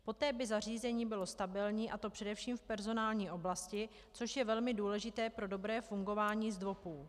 Poté by zařízení bylo stabilní, a to především v personální oblasti, což je velmi důležité pro dobré fungování ZDVOPů.